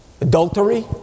Adultery